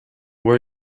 where